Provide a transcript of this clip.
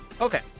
Okay